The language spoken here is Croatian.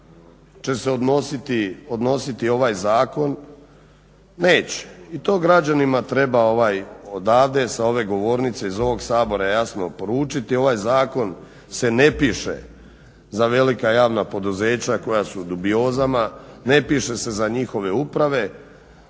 će se odnositi ovaj zakon? Neće i to građanima treba odavde sa ove govornice iz ovog Sabora jasno poručiti. Ovaj zakon se ne piše za velika javna poduzeća koja su u dubiozama, ne piše se za njihove uprave,